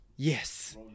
Yes